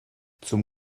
zum